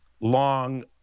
long